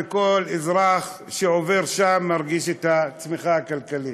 וכל אזרח שעובר שם מרגיש את הצמיחה הכלכלית: